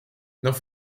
noch